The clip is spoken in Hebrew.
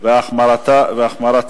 והחמרת